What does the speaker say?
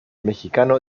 mexicano